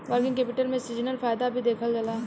working capital में seasonal फायदा भी देखल जाला